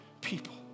people